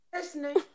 listening